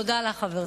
תודה לך, חברתי.